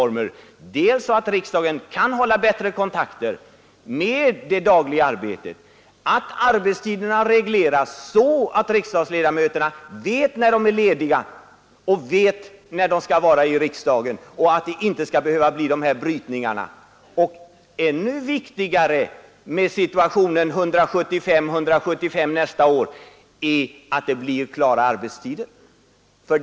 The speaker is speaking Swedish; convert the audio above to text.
Riksdagen måste kunna hålla bättre kontakter med det dagliga arbetet. Arbetstiderna måste regleras så, att riksdagsledamöterna vet när de är lediga och när de skall vara i riksdagen. Då behöver inte de här brytningarna uppstå. Och ännu viktigare i situationen 175—175 nästa år är att det blir klara arbetstider.